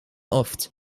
oft